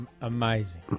amazing